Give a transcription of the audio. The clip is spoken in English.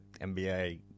NBA